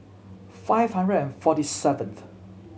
five hundred and forty seventh